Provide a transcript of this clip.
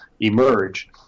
emerge